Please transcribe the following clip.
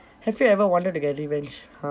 have you ever wanted to get revenge